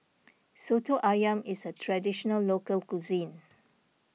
Soto Ayam is a Traditional Local Cuisine